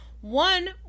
one